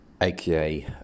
aka